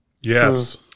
Yes